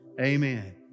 amen